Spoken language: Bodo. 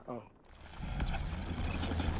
अ आच्चा आच्चा